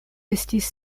estis